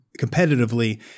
competitively